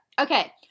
Okay